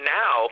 now